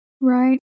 Right